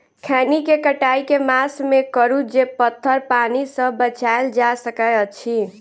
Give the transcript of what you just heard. खैनी केँ कटाई केँ मास मे करू जे पथर पानि सँ बचाएल जा सकय अछि?